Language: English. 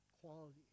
quality